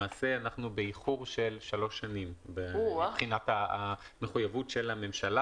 למעשה אנחנו באיחור של 3 שנים מבחינת מחויבות הממשלה